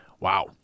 Wow